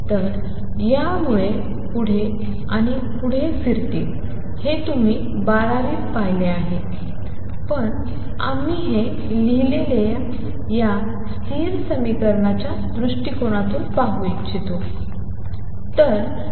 तर त्या मुळात पुढे आणि पुढे फिरतील हे तुम्ही बारावीत पहिले आहे पण आम्ही हे लिहिलेले या स्थिर तरंग समीकरणाच्या दृष्टिकोनातून पाहू इच्छितो